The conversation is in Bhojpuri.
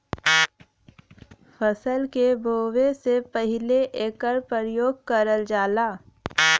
फसल के बोवे से पहिले एकर परियोग करल जाला